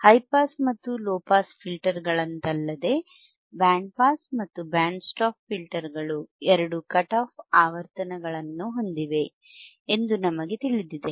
high pass ಮತ್ತು low pass ಫಿಲ್ಟರ್ಗಳಂತಲ್ಲದೆ band pass ಮತ್ತು ಬ್ಯಾಂಡ್ ಸ್ಟಾಪ್ ಫಿಲ್ಟರ್ಗಳು ಎರಡು ಕಟ್ ಆಫ್ ಆವರ್ತನಗಳನ್ನು ಹೊಂದಿವೆ ಎಂದು ನಮಗೆ ತಿಳಿದಿದೆ